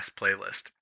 playlist